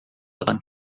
dran